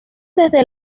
desde